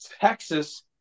Texas